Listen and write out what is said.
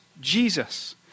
Jesus